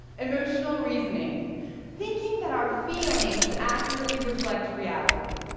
emotional reasoning thinking that our feelings accurately reflect reality.